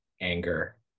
anger